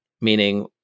meaning